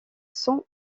sans